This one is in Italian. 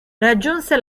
raggiunse